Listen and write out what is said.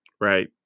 Right